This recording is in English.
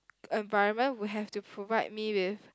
environment we have to provide me with